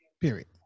Period